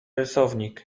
rysownik